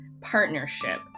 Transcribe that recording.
partnership